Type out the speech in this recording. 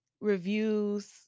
reviews